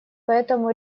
поэтому